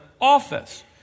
office